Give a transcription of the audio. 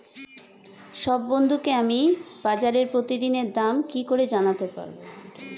সব বন্ধুকে আমাকে বাজারের প্রতিদিনের দাম কি করে জানাতে পারবো?